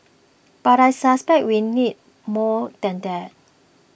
but I suspect we will need more than that